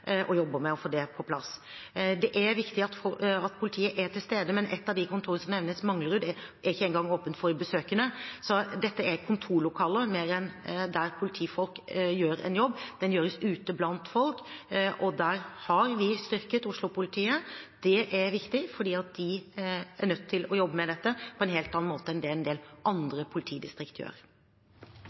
med å få det på plass. Det er viktig at politiet er til stede, men ett av de kontorene som nevnes, Manglerud, er ikke engang åpent for besøkende. Dette er kontorlokaler mer enn der politifolk gjør en jobb. Den gjøres ute blant folk. Vi har styrket Oslo-politiet. Det er viktig fordi de er nødt til å jobbe med dette på en helt annen måte enn det en del andre politidistrikt gjør.